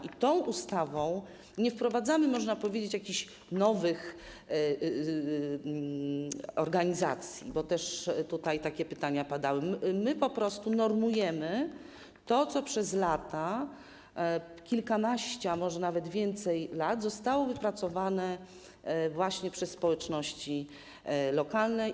I tą ustawą nie wprowadzamy, można powiedzieć, jakichś nowych organizacji, bo też tutaj takie pytania padały, tylko po prostu normujemy to, co przez lata, przez kilkanaście, a może nawet więcej lat zostało wypracowane właśnie przez społeczności lokalne.